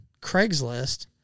Craigslist